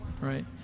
Right